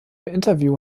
interview